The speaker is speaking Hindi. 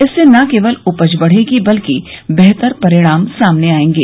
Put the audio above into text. इससे न केवल उपज बढ़ेगी बल्कि बेहतर परिणाम सामने आएंगे